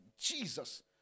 Jesus